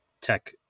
tech